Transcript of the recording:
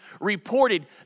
reported